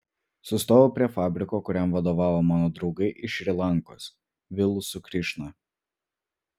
sustojau prie fabriko kuriam vadovavo mano draugai iš šri lankos vilu su krišna